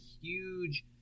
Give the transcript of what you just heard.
huge